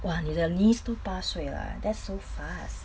!wah! 你的 niece 都八岁 lah that's so fast